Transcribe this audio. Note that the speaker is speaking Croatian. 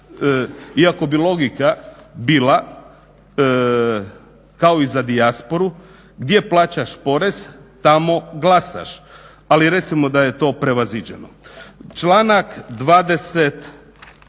iako bi logika bila, kao i za dijasporu gdje plaćaš porez tamo glasaš, ali recimo da je to prevaziđeno. Članak 28.